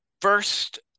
first –